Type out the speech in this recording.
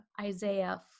Isaiah